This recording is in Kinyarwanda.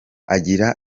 agira